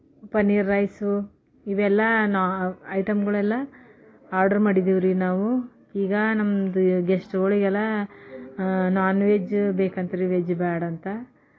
paneer rice ಇವೆಲ್ಲ ಐಟಮ್ಗಳೆಲ್ಲ order ಮಾಡಿದ್ದೀವ್ರಿ ನಾವು ಈಗ ನಮ್ದು ಗೆಸ್ಟ್ಗಳಿಗೆಲ್ಲ ನಾನ್ ವೆಜ್ ಬೇಕಂತ್ರೀ ವೆಜ್ ಬ್ಯಾಡಂತ